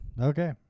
Okay